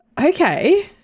Okay